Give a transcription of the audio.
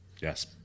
Yes